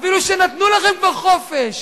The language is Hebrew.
אפילו שנתנו לכם כבר חופש,